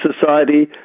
society